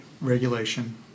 regulation